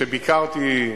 שביקרתי,